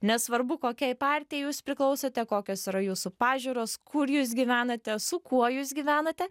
nesvarbu kokiai partijai jūs priklausote kokios yra jūsų pažiūros kur jūs gyvenate su kuo jūs gyvenate